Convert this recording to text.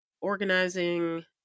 organizing